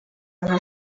nka